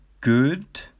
good